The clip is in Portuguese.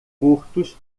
curtos